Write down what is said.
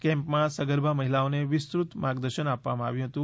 કેમ્પમાં સગર્ભા મહિલાઓને વિસ્તૃતમાં માર્ગદર્શન આપવામાં આવ્યું હતું